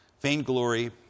vainglory